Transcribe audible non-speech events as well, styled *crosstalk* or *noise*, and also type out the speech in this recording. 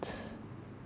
*breath*